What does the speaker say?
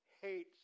hates